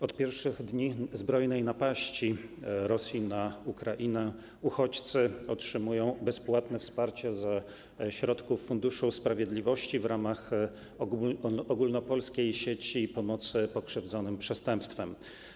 Od pierwszych dni zbrojnej napaści Rosji na Ukrainę uchodźcy otrzymują bezpłatne wsparcie ze środków Funduszu Sprawiedliwości w ramach ogólnopolskiej sieci pomocy pokrzywdzonym przestępstwem.